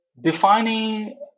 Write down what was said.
defining